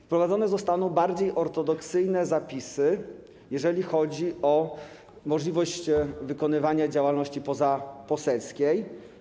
Wprowadzone zostaną bardziej ortodoksyjne zapisy, jeżeli chodzi o możliwość wykonywania działalności pozaposelskiej.